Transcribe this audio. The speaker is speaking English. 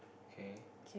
K